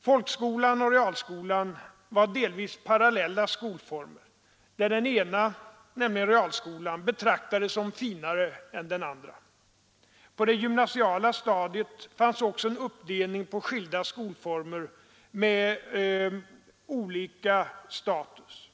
Folkskolan och realskolan var delvis parallella skolformer, där den ena, nämligen realskolan, betraktades som finare än den andra. På det gymnasiala stadiet fanns också en uppdelning på skilda skolformer med olika status.